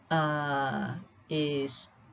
uh is